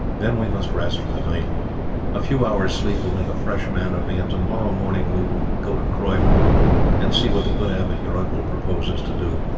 then we must rest for the night a few hours' sleep will make a fresh man of me, and to-morrow morning we will go to croyland and see what the good abbot your uncle proposes to do,